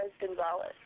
Gonzalez